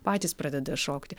patys pradeda šokti